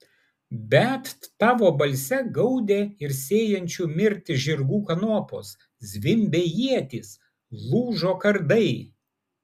bet tavo balse gaudė ir sėjančių mirtį žirgų kanopos zvimbė ietys lūžo kardai